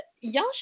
y'all